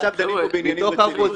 אנחנו עכשיו דנים פה בעניינים רציניים.